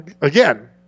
again